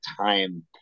time